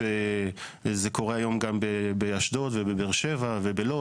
זה קורה היום גם באשדוד ובבאר שבע ובלוד